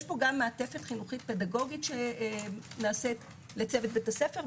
יש פה גם מעטפת חינוכית פדגוגית שנעשית לצוות בית הספר,